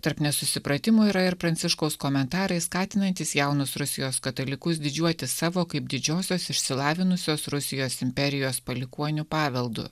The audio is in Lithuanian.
tarp nesusipratimų yra ir pranciškaus komentarai skatinantys jaunus rusijos katalikus didžiuotis savo kaip didžiosios išsilavinusios rusijos imperijos palikuonių paveldu